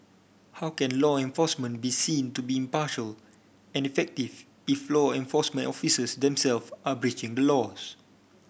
how can law enforcement be seen to be impartial and effective if law enforcement officers themself are breaching the laws